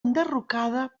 enderrocada